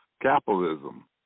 capitalism